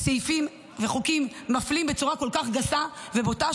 סעיפים וחוקים מפלים בצורה כל כך גסה ובוטה,